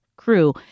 crew